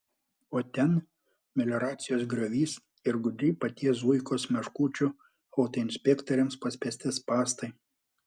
o ten melioracijos griovys ir gudriai paties zuikos meškučių autoinspektoriams paspęsti spąstai